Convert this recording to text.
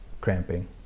cramping